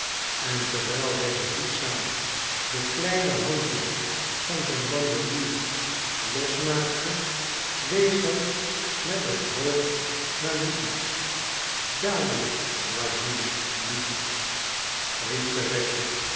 en terwijl hij behoedzaam de kleine handen van zijn bandelier losmaakte wees hij met het hoofd naar lukitsch dadelijk wassili lukitsch riep